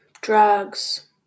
drugs